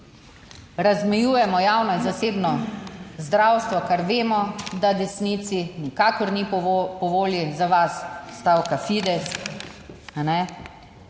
Razmejujemo javno in zasebno zdravstvo, kar vemo, da desnici nikakor ni po volji - za vas stavka FIDES,